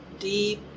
deep